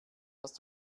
hast